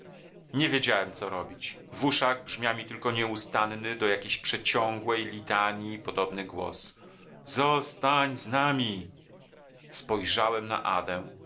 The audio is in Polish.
nie wiedziałem co robić w uszach brzmiał mi tylko nieustanny do jakiejś przeciągłej litanji podobny głos zostań z nami spojrzałem na